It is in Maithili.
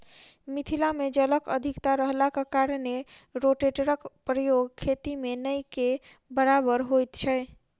मिथिला मे जलक अधिकता रहलाक कारणेँ रोटेटरक प्रयोग खेती मे नै के बराबर होइत छै